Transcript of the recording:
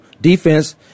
Defense